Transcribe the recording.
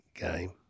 game